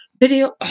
video